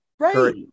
Right